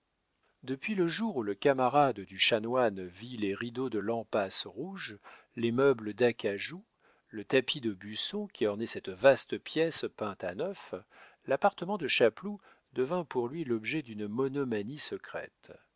depuis le jour où le camarade du chanoine vit les rideaux de lampasse rouge les meubles d'acajou le tapis d'aubusson qui ornaient cette vaste pièce peinte à neuf l'appartement de chapeloud devint pour lui l'objet d'une monomanie secrète